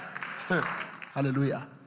Hallelujah